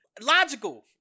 logical